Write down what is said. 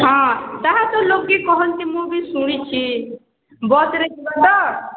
ହଁ ତାହା ତ ଲୋକେ କହନ୍ତି ମୁଁ ବି ଶୁଣିଛି ବସ୍ ରେ ଯିବା ତ